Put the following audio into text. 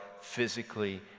physically